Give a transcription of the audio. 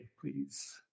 please